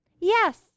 Yes